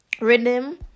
rhythm